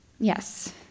Yes